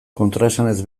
kontraesanez